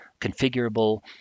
configurable